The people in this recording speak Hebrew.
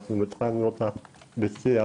אנחנו התחלנו אותה בשיח